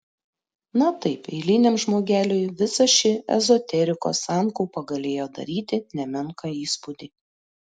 na taip eiliniam žmogeliui visa ši ezoterikos sankaupa galėjo daryti nemenką įspūdį